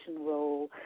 role